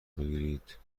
بگیرید